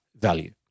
value